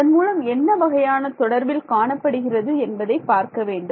அதன்மூலம் என்ன வகையான தொடர்பில் காணப்படுகிறது என்பதை பார்க்க வேண்டும்